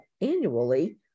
annually